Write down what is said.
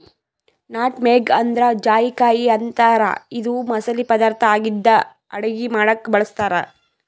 nutmeg ಅಂದ್ರ ಜಾಯಿಕಾಯಿ ಅಂತಾರ್ ಇದು ಮಸಾಲಿ ಪದಾರ್ಥ್ ಆಗಿದ್ದ್ ಅಡಗಿ ಮಾಡಕ್ಕ್ ಬಳಸ್ತಾರ್